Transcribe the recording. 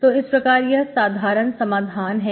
तो इस प्रकार यह साधारण समाधान है